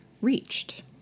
reached